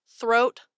throat